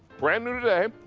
brand-new today,